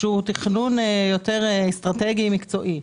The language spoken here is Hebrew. תכנון יותר אסטרטגי-מקצועי.